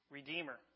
Redeemer